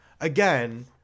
again